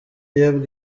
iyo